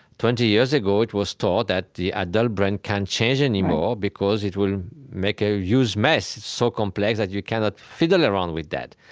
twenty years ago, it was thought that the adult brain can't change anymore because it will make a huge mess so complex that you cannot fiddle around with that.